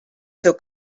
seu